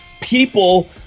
people